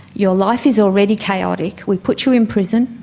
your life is already chaotic, we put you in prison,